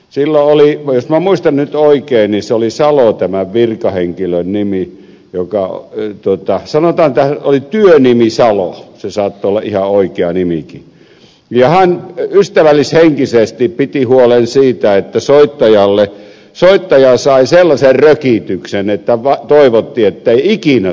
silloin oli jos minä muistan nyt oikein salo tämän virkahenkilön nimi sanotaan että oli työnimi salo se saattoi olla ihan oikeakin nimi ja hän ystävällishenkisesti piti huolen siitä että soittaja sai sellaisen rökityksen että toivottiin ettei ikinä soittaisi enää